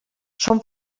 són